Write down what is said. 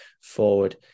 forward